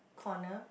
corner